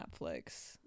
Netflix